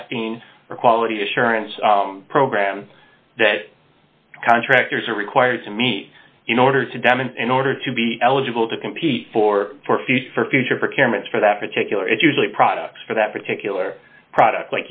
testing or quality assurance program that contractors are required to me in order to deming in order to be eligible to compete for for a fee for future for candidates for that particular is usually products for that particular product